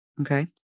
Okay